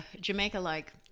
Jamaica-like